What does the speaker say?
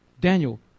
Daniel